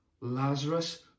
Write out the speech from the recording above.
lazarus